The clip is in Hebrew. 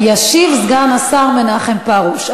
ישיב סגן השר מנחם פרוש.